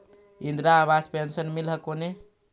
इन्द्रा आवास पेन्शन मिल हको ने?